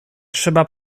trzeba